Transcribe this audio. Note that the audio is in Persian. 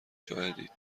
شاهدید